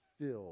filled